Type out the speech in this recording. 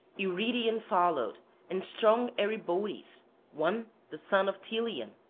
eurytion followed and strong eribotes, one the son of teleon,